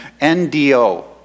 NDO